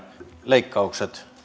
leikkaukset